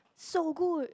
so good